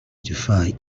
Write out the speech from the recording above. defy